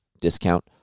discount